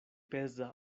peza